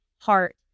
heart